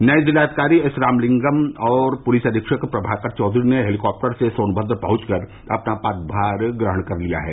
नये जिलाधिकारी एस रामलिंगम और पुलिस अधीक्षक प्रभाकर चौधरी ने हेलीकॉप्टर से सोनभद्र पहंचकर अपना पद भार ग्रहण कर लिया है